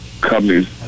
companies